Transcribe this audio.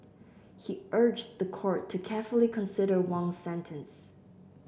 he urged the court to carefully consider Wang's sentence